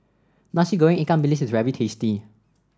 Nasi Goreng Ikan Bilis is very tasty